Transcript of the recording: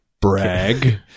Brag